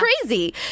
crazy